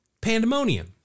pandemonium